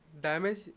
damage